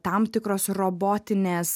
tam tikros robotinės